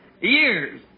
years